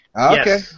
Okay